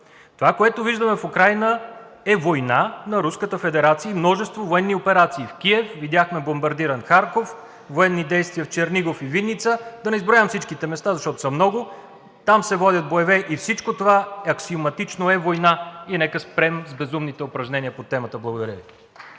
Това, което виждаме в Украйна, е война на Руската федерация и множество военни операции в Киев. Видяхме бомбардиран Харков, военни действия в Чернигов и Виница – да не изброявам всичките места, защото са много. Там се водят боеве и всичко това аксиоматично е война. И нека спрем с безумните упражнения по темата. Благодаря Ви.